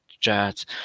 jets